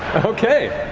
okay.